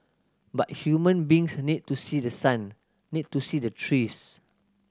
but human beings need to see the sun need to see the trees